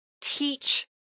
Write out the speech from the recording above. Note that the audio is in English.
teach